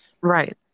Right